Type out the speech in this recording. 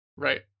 Right